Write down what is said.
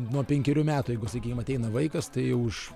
nuo penkerių metų jeigu sakykim ateina vaikas tai už